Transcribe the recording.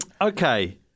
okay